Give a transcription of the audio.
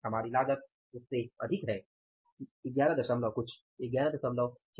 हमारी लागत उस से अधिक है 11 दशमलव कुछ 11675